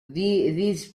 these